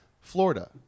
Florida